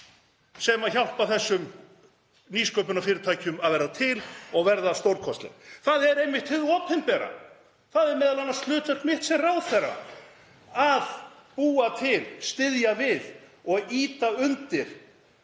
sem hjálpa þessum nýsköpunarfyrirtækjum að verða til og verða stórkostleg, það er einmitt hið opinbera. Það er m.a. hlutverk mitt sem ráðherra að búa til, styðja við og ýta undir